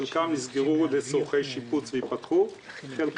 חלקם נסגרו לצורכי שיפוץ, חלקם